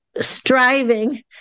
striving